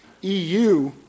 EU